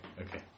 okay